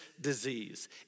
disease